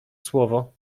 słowo